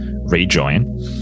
rejoin